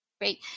Great